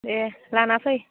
दे लाना फै